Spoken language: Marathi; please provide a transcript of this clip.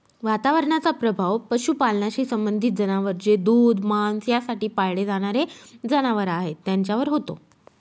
वातावरणाचा प्रभाव पशुपालनाशी संबंधित जनावर जे दूध, मांस यासाठी पाळले जाणारे जनावर आहेत त्यांच्यावर होतो